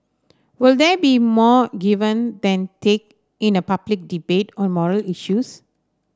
will there be more given than take in a public debate on moral issues